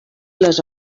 les